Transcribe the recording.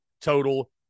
total